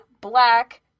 black